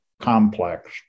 complex